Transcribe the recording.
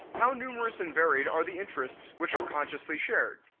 how numerous and varied are the interests which are consciously shared?